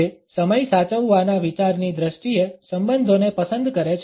તે સમય સાચવવાના વિચારની દ્રષ્ટિએ સંબંધોને પસંદ કરે છે